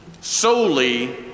solely